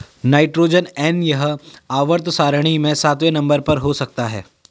nitrogen N यह आवर्त सारणी में सातवें नंबर पर हो सकता है